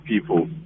people